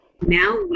now